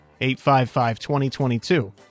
855-2022